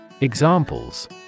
Examples